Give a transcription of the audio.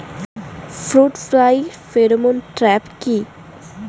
Fruit fly pheromone trap কি?